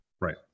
Right